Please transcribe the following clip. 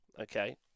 Okay